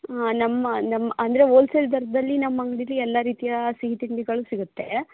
ನಮ್ಮ ನಮ್ಮ ಅಂದರೆ ಹೋಲ್ಸೆಲ್ ದರದಲ್ಲಿ ನಮ್ಮ ಅಂಗಡೀಲಿ ಎಲ್ಲ ರೀತಿಯ ಸಿಹಿ ತಿಂಡಿಗಳು ಸಿಗುತ್ತೆ